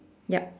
yup